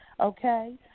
Okay